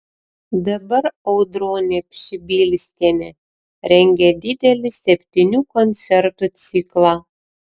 dabar audronė pšibilskienė rengia didelį septynių koncertų ciklą